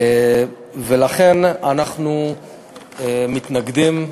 ולכן אנחנו מתנגדים,